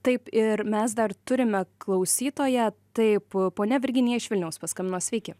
taip ir mes dar turime klausytoją taip ponia virginija iš vilniaus paskambino sveiki